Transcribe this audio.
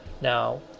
Now